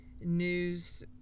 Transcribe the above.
news